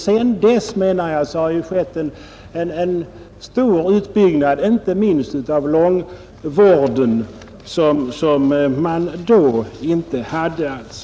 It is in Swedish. Sedan dess, menar jag, har vi ju sett en stor utbyggnad, inte minst av långtidsvården, som motiverar nya åtgärder.